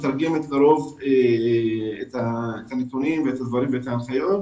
את הנתונים ואת ההנחיות.